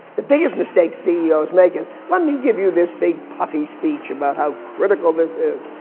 the biggest mistake ceos make is, let me give you this big puffy speech about how vertical this is.